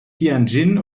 tianjin